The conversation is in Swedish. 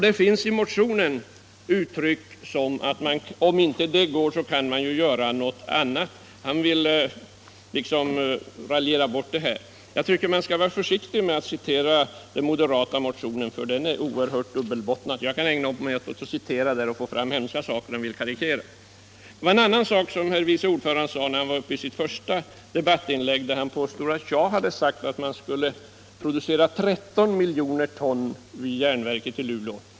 Det försökte han nu vifta bort genom att raljera. Men man bör vara försiktig med att citera den moderata motionen därför att den är så oerhört dubbelbottnad. Jag skulle kunna citera en del ur den och få fram hemska saker om jag ville karikera. I sitt första inlägg påstod herr vice ordföranden att jag sagt att det skulle produceras 13 miljoner ton per år vid järnverket i Luleå.